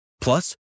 Plus